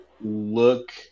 look